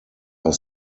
are